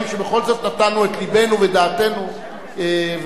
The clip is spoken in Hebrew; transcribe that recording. שבכל זאת נתנו את לבנו ודעתנו עליהם,